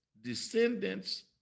descendants